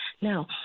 Now